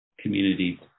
community